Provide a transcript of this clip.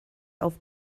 auf